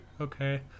okay